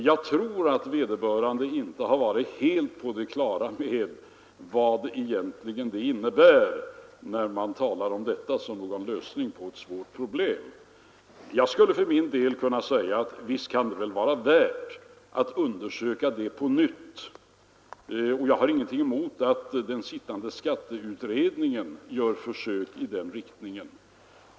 Jag tror att vederbörande inte har varit helt på det klara med vad det egentligen innebär, när man talar om detta som en lösning på ett svårt problem. För min del skulle jag kunna säga att visst kan det vara värt att undersöka saken på nytt, och jag har ingenting emot att den sittande skatteutredningen gör försök i den riktningen.